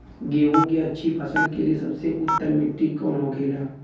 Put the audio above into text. गेहूँ की अच्छी फसल के लिए सबसे उत्तम मिट्टी कौन होखे ला?